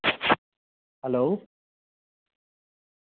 hello